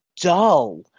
dull